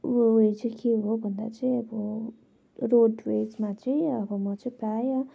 उयो चाहिँ के हो भन्दा चाहिँ अब रोडवेजमा चाहिँ अब म चाहिँ प्रायः